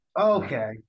Okay